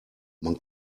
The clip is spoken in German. man